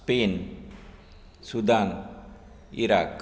Spain Sudan Iraq